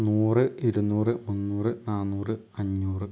നൂറ് ഇരുനൂറ് മുന്നൂറ് നാന്നൂറ് അഞ്ഞൂറ്